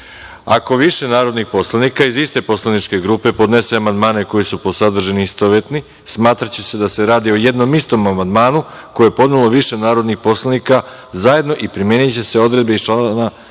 ako više narodnih poslanika iz iste poslaničke grupe podnese amandmane koji su po sadržini istovetni, smatraće se da se radi o jednom istom amandmanu koji je podnelo više narodnih poslanika zajedno i primeniće se odredbe iz stava